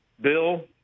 Bill